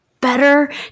better